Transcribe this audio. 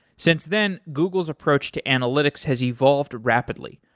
since then, google's approach to analytics has evolved rapidly.